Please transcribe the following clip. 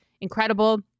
incredible